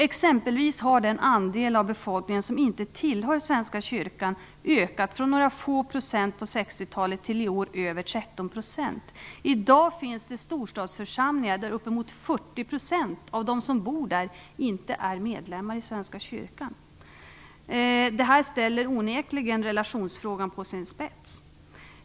Exempelvis har den andel av befolkningen som inte tillhör Svenska kyrkan ökat från några få procent på 60-talet till över 13 % i år. I dag finns det storstadsförsamlingar där upp emot 40 % av dem som bor där inte är medlemmar i Svenska kyrkan. Det här ställer onekligen relationsfrågan på sin spets.